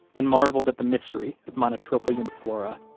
and marveled at the mystery of monotropa uniflora.